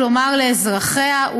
כלומר לאזרחיה,